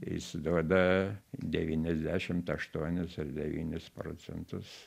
jis duoda devyniasdešimt aštuonis ar devynis procentus